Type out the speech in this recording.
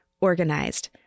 organized